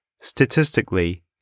Statistically